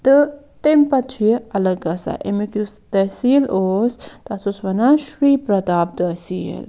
تہٕ تٔمۍ پَتہٕ چھُ یہِ اَلگ آسان اَمیُک یُس تحصیٖل اوس تَتھ اوس وَنان شری پرتاب تحصیٖل